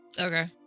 Okay